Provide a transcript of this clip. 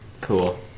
Cool